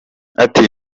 ati